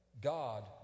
God